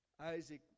Isaac